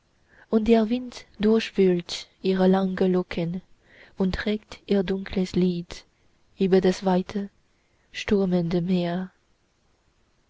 und der wind durchwühlt ihre langen locken und trägt ihr dunkles lied über das weite stürmende meer